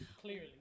clearly